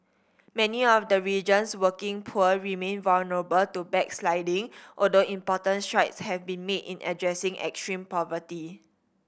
many of the region's working poor remain vulnerable to backsliding although important strides have been made in addressing extreme poverty